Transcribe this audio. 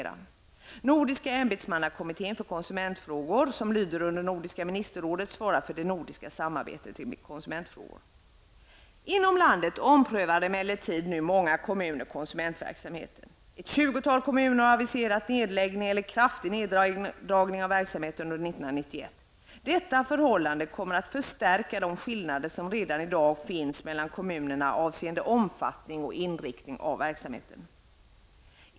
Nordiska ämbetsmannakommittén för konsumentfrågor som lyder under Nordiska ministerrådet svarar för det nordiska samarbetet i konsumentfrågor. Inom landet omprövar emellertid nu många kommuner konsumentverksamheten. Ett tjugotal kommuner har aviserat nedläggning eller kraftig neddragning av verksamheten under 1991. Detta förhållande kommer att förstärka de skillnader som redan idag finns mellan kommunerna avseende omfattning och inriktning av verksamheten.